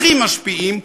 הכי משפיעים,